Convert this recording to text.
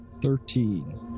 Thirteen